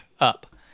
up